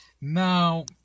Now